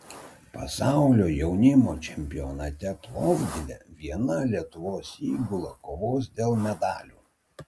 pasaulio jaunimo čempionate plovdive viena lietuvos įgula kovos dėl medalių